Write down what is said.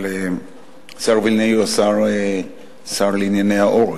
אבל השר וילנאי הוא השר לענייני העורף,